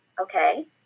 okay